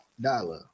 Dollar